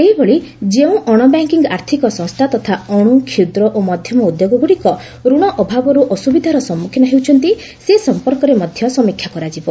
ସେହିଭଳି ଯେଉଁ ଅଣବ୍ୟାଙ୍କିଙ୍ଗ୍ ଆର୍ଥକ ସଂସ୍ଥା ତଥା ଅଣୁ କ୍ଷୁଦ୍ର ଓ ମଧ୍ୟମ ଉଦ୍ୟୋଗଗୁଡ଼ିକ ଋଣ ଅଭାବରୁ ଅସୁବିଧାର ସମ୍ମୁଖୀନ ହେଉଛନ୍ତି ସେ ସମ୍ପର୍କରେ ମଧ୍ୟ ସମୀକ୍ଷା କରାଯିବ